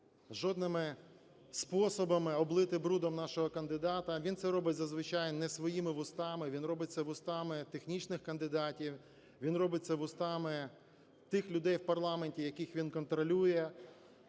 жодними способами облити брудом нашого кандидата. Він це робить зазвичай не своїми вустами, він робить це вустами технічних кандидатів, він робить це вустами тих людей в парламенті, яких він контролює.